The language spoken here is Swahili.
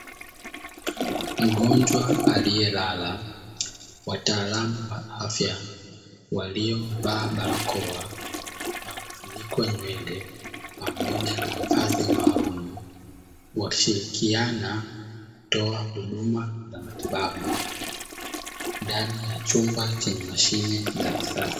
Mgonjwa aliyelala, wataalamu wa afya waliovaa barakoa na kufunikwa nywele pamoja na mavazi maalumu. Wakishirikiana kutoa huduma za matibabu ndani ya chumba chenye mashine za kisasa.